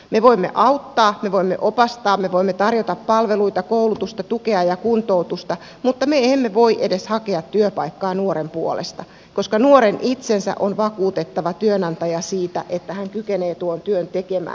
me voimme auttaa me voimme opastaa me voimme tarjota palveluita koulutusta tukea ja kuntoutusta mutta me emme voi edes hakea työpaikkaa nuoren puolesta koska nuoren itsensä on vakuutettava työnantaja siitä että hän kykenee tuon työn tekemään